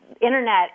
internet